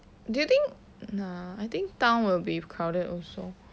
do you think nah I think town will be crowded also